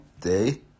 Day